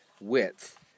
width